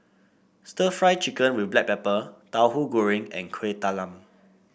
stir Fry Chicken with Black Pepper Tauhu Goreng and Kueh Talam